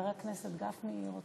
חבר הכנסת זוהר.